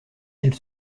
s’il